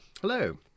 Hello